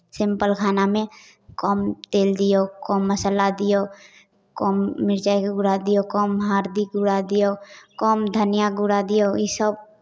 simple खानामे कम तेल दिऔ कम मसाला दिऔ कम मिरचाइके गुड़ा दिऔ कम हरदीके गुड़ा दिऔ कम धनिआँ गुड़ा दिऔ ईसभ